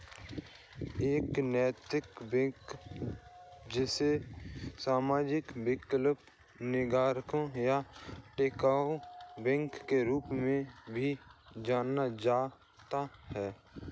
एक नैतिक बैंक जिसे सामाजिक वैकल्पिक नागरिक या टिकाऊ बैंक के रूप में भी जाना जाता है